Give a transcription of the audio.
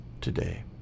today